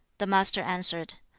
the master answered,